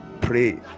Pray